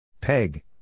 Peg